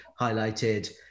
highlighted